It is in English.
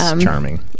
charming